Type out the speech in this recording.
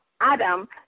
Adam